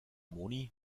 moni